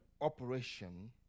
operation